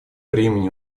бременем